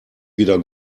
wieder